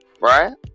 right